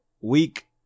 week